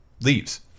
leaves